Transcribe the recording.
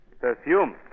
Perfume